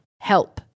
Help